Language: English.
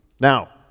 Now